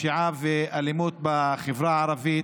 בפשיעה ובאלימות בחברה הערבית.